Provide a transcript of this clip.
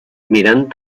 mirant